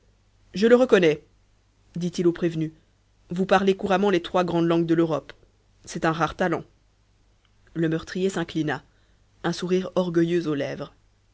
je le reconnais dit-il au prévenu vous parlez couramment les trois grandes langues de l'europe c'est un rare talent le meurtrier s'inclina un sourire orgueilleux aux lèvres